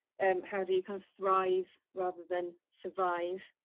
how do you kind of thrive rather than survive?